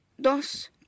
dos